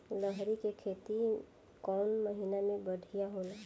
लहरी के खेती कौन महीना में बढ़िया होला?